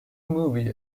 movie